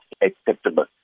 acceptable